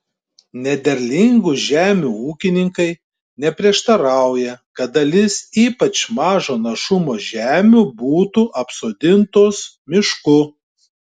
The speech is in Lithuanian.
nederlingų žemių ūkininkai neprieštarauja kad dalis ypač mažo našumo žemių būtų apsodintos mišku